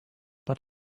but